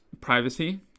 privacy